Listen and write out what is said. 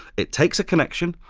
it takes a connection,